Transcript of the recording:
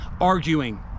arguing